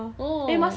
ah